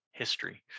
history